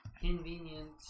Convenient